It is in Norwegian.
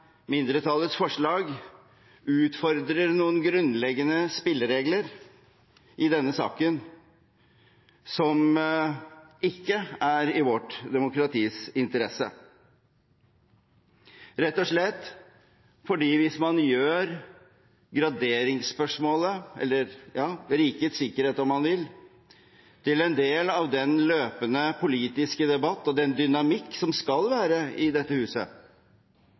mindretallets forslag utfordrer noen grunnleggende spilleregler i denne saken som ikke er i vårt demokratis interesse. Det er rett og slett fordi hvis man gjør graderingsspørsmålet – eller rikets sikkerhet, om man vil – til en del av den løpende politiske debatt og den dynamikken som skal være i dette huset,